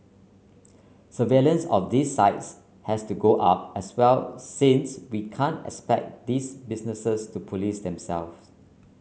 surveillance of these sites has to go up as well since we can't expect these businesses to police themselves